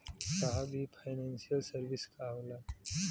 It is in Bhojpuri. साहब इ फानेंसइयल सर्विस का होला?